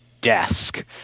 desk